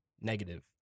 negative